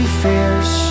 fierce